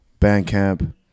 Bandcamp